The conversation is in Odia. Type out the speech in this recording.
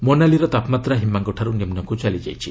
ମୋନାଲିର ତାପମାତ୍ରା ହିମାଙ୍କଠାରୁ ନିମ୍ବକୁ ଚାଲିଯାଇଛି